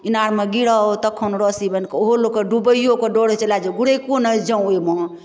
ईनारमे गिराउ तखन रस्सी बान्हि कऽ ओहो लोक कऽ डूबैयो कऽ डर होइ छला गुरैको नहि जाउ ओहिमे